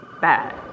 bad